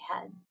head